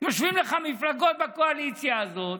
יושבות לך מפלגות בקואליציה הזאת,